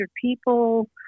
people